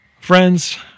Friends